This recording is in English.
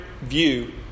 view